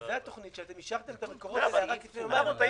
אבל זו התוכנית שאתם אישרתם את המקורות שלה רק לפני יומיים.